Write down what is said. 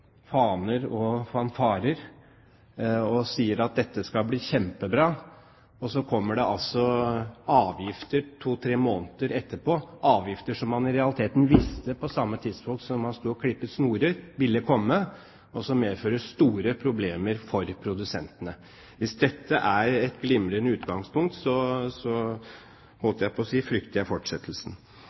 faner og fanfarer og sier at dette skal bli kjempebra. Så kommer det altså avgifter to–tre måneder etterpå – avgifter som man i realiteten visste på samme tidspunkt som man sto og klipte snorer, ville komme, og som medførte store problemer for produsentene. Hvis dette er et «glimrende» utgangspunkt, så frykter jeg fortsettelsen.